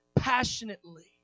passionately